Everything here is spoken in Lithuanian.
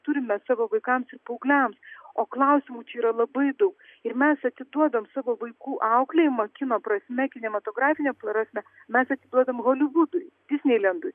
turime savo vaikams ir paaugliams o klausimų čia yra labai daug ir mes atiduodam savo vaikų auklėjimą kino prasme kinematografine prasme mes atiduodam holivudui disneilendui